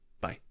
Bye